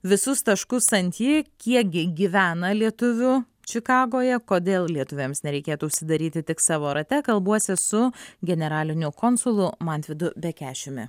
visus taškus ant i kiekgi gyvena lietuvių čikagoje kodėl lietuviams nereikėtų užsidaryti tik savo rate kalbuosi su generaliniu konsulu mantvydu bekešiumi